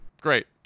great